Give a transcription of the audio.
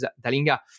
Dalinga